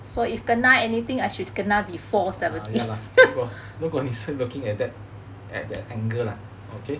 ya lah 如果你是 looking at that at the angle lah okay